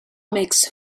makes